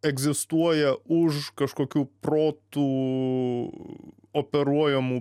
egzistuoja už kažkokių protu operuojamų